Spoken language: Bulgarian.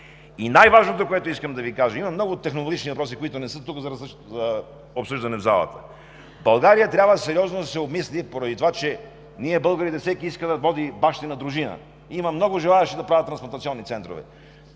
И най-важното, което искам да Ви кажа – има много технологични въпроси, които не са за обсъждане тук, в залата. В България трябва сериозно да се обмисли, поради това че ние, българите – всеки иска да води бащина дружина – има много желаещи да правят трансплантационни центрове,